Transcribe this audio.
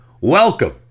welcome